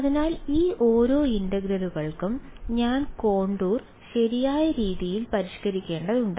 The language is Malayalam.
അതിനാൽ ഈ ഓരോ ഇന്റഗ്രലുകൾക്കും ഞാൻ കോണ്ടൂർ ശരിയായ രീതിയിൽ പരിഷ്ക്കരിക്കേണ്ടതുണ്ട്